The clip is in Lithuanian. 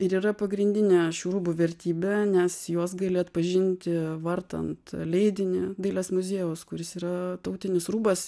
ir yra pagrindinė šių rūbų vertybė nes juos gali atpažinti vartant leidinį dailės muziejaus kuris yra tautinis rūbas